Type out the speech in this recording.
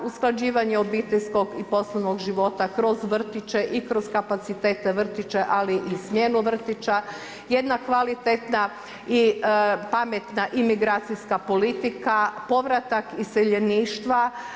Usklađivanje obiteljskog i poslovnog života kroz vrtiće i kroz kapacitet vrtića, ali i smjenu vrtića, jedna kvalitetna i pametna i migracijska politika, povratak iseljeništva.